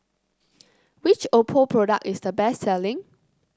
which Oppo product is the best selling